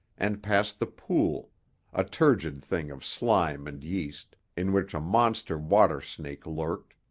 and past the pool a turgid thing of slime and yeast in which a monster water snake lurked.